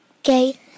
Okay